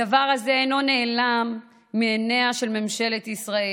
הדבר הזה אינו נעלם מעיניה של ממשלת ישראל.